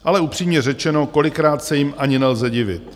Ale upřímně řečeno, kolikrát se jim ani nelze divit.